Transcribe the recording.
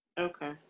Okay